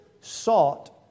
sought